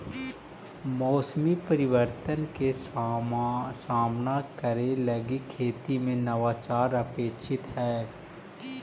मौसमी परिवर्तन के सामना करे लगी खेती में नवाचार अपेक्षित हई